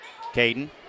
Caden